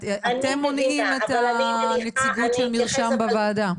שאתם מונעים את הנציגות של מרשם בוועדה.